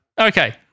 Okay